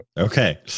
Okay